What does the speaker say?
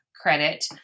credit